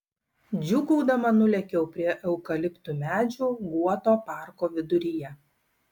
džiūgaudama nulėkiau prie eukaliptų medžių guoto parko viduryje